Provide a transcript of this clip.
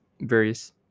various